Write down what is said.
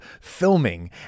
filming